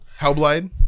Hellblade